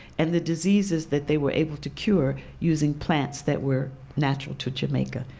and the diseases that they were able to cure using plants that were natural to jamaica.